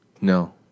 No